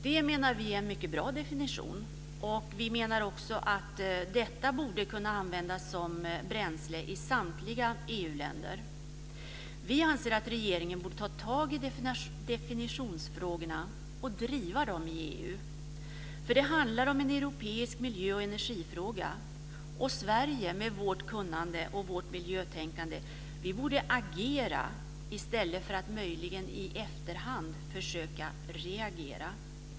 Det, menar vi, är en mycket bra definition. Vi menar också att detta borde kunna användas som bränsle i samtliga EU-länder. Vi anser att regeringen borde ta tag i definitionsfrågorna och driva dem i EU. Det handlar om en europeisk miljö och energifråga där vi i Sverige, med vårt kunnande och vårt miljötänkande, borde agera i stället för att möjligen i efterhand försöka reagera.